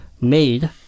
made